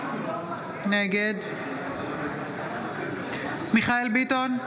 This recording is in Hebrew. נגד מיכאל מרדכי ביטון,